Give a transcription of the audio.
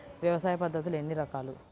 వ్యవసాయ పద్ధతులు ఎన్ని రకాలు?